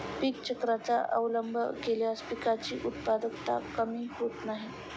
पीक चक्राचा अवलंब केल्यास पिकांची उत्पादकता कमी होत नाही